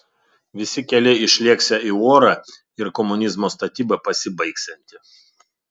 visi keliai išlėksią į orą ir komunizmo statyba pasibaigsianti